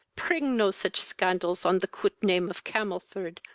pring no such scandals on the coot name of camelford,